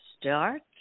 start